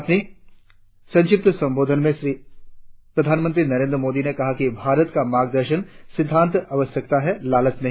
अपने संक्षिप्त संबोधन में प्रधानमंत्री ने कहा कि भारत का मार्गदर्शक सिद्धांत आवश्यकता है लालच नहीं